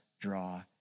draw